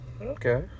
Okay